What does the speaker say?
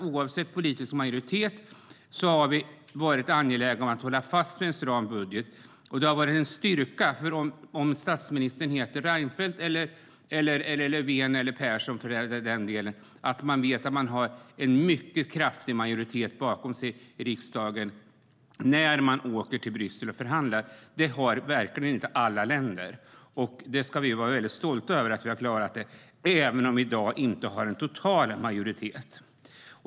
Oavsett politisk majoritet har vi varit angelägna om att hålla fast vid en stram budget. Det har varit en styrka - oavsett om statsministern har hetat Reinfeldt, Löfven eller för den delen Persson - att veta att man har en mycket kraftig majoritet i riksdagen bakom sig när man åker till Bryssel och förhandlar. Det har verkligen inte alla länder. Vi ska vara stolta över att vi har klarat det, även om det i dag inte finns en total majoritet.